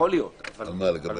לא חושב